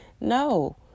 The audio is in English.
No